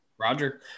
Roger